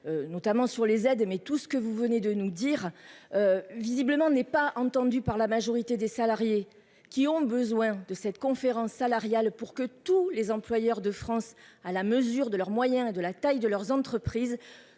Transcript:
notamment sur les aides mais tout ce que vous venez de nous dire, visiblement, n'est pas entendu par la majorité des salariés qui ont besoin de cette conférence salariale pour que tous les employeurs de France à la mesure de leurs moyens et de la taille de leurs entreprises